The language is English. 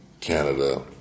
Canada